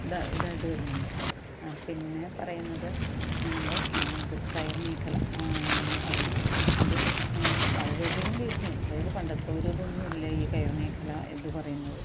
ഇത് ഇതായിട്ട് വരുന്നുണ്ട് ആ പിന്നെ പറയുന്നത് നമ്മുടെ ഇത് കയറ് മേഖല അത് അതും വളരെയധികം ഭീഷണി അതായത് പണ്ടത്തെ ഒര് ഇതൊന്നുവില്ല ഈ കയറ് മേഖല എന്ന് പറയുന്നത്